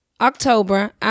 October